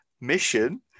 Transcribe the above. mission